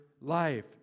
life